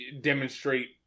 demonstrate